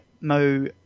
Mo